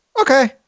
Okay